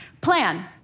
Plan